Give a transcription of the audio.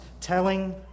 telling